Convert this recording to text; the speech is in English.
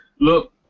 look